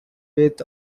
with